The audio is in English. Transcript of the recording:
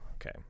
Okay